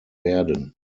werden